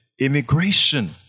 immigration